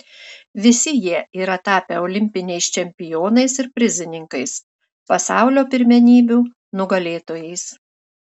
visi jie yra tapę olimpiniais čempionais ir prizininkais pasaulio pirmenybių nugalėtojais